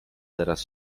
teraz